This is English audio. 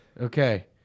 Okay